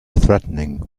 threatening